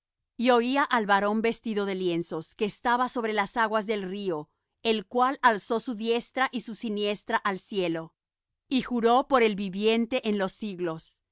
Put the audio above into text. y oía al varón vestido de lienzos que estaba sobre las aguas del río el cual alzó su diestra y su siniestra al cielo y juró por el viviente en los siglos